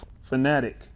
fanatic